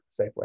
Safeway